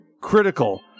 critical